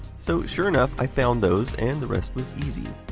so, sure enough, i found those, and the rest was easy.